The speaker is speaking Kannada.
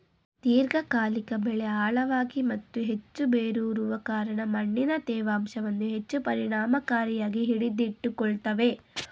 ದೀರ್ಘಕಾಲಿಕ ಬೆಳೆ ಆಳವಾಗಿ ಮತ್ತು ಹೆಚ್ಚು ಬೇರೂರುವ ಕಾರಣ ಮಣ್ಣಿನ ತೇವಾಂಶವನ್ನು ಹೆಚ್ಚು ಪರಿಣಾಮಕಾರಿಯಾಗಿ ಹಿಡಿದಿಟ್ಟುಕೊಳ್ತವೆ